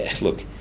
look